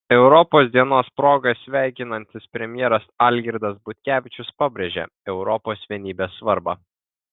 europos dienos proga sveikinantis premjeras algirdas butkevičius pabrėžia europos vienybės svarbą